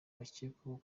bakekwaho